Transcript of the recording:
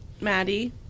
Maddie